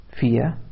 fear